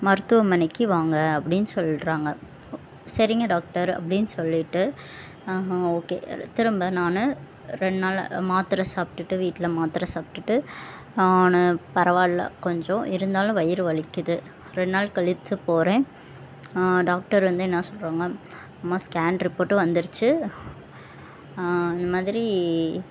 மருத்துவமனைக்கு வாங்க அப்படினு சொல்கிறாங்க ஓ சரிங்க டாக்டர் அப்படினு சொல்லிவிட்டு ஓகே திரும்ப நான் ரெண்டு நாளில் மாத்திரை சாப்பிட்டுட்டு வீட்டில் மாத்திரை சாப்பிட்டுட்டு நான் பரவாயில்லை கொஞ்சம் இருந்தாலும் வயிறு வலிக்குது ரெண்டு நாள் கழிச்சி போகிறேன் டாக்டர் வந்து என்ன சொல்கிறாங்க அம்மா ஸ்கேன் ரிபோர்ட்டு வந்துடுச்சு இந்தமாதிரி